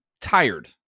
tired